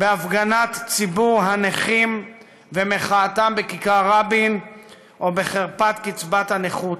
בהפגנת ציבור הנכים ומחאתם בכיכר רבין או בחרפת קצבת הנכות.